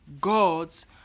God's